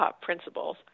principles